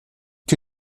que